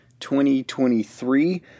2023